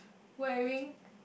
wearing